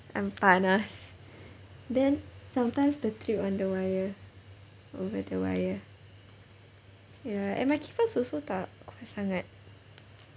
I'm panas then sometimes tertrip on the wire over the wire ya and my kipas also tak kuat sangat